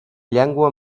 llengua